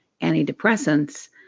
antidepressants